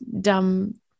dumb